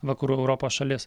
vakarų europos šalis